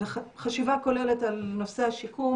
וחשיבה כוללת על נושא השיקום,